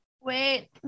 wait